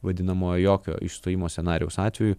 vadinamojo jokio išstojimo scenarijaus atveju